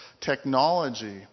technology